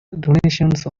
donations